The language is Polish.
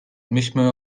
myślmy